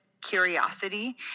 curiosity